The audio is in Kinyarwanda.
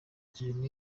ikintu